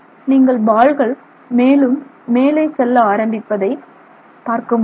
நீங்கள் பால்கள் மேலும் மேலே செல்ல ஆரம்பிப்பதை பார்க்க முடியும்